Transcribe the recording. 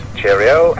Cheerio